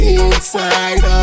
inside